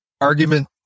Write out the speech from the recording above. argument